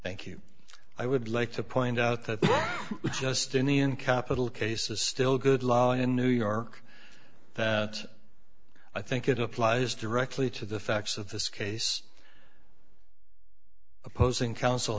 thank you i would like to point out that justinian capital case is still good law in new york i think it applies directly to the facts of this case opposing counsel